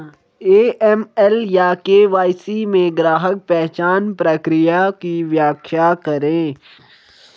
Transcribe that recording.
AML या KYC में ग्राहक पहचान प्रक्रिया की व्याख्या करें?